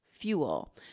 fuel